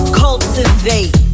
cultivate